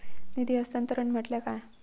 निधी हस्तांतरण म्हटल्या काय?